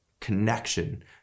connection